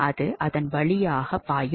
அது அதன் வழியாக பாயும்